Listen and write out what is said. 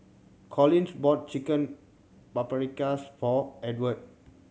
Collins bought Chicken Paprikas for Edward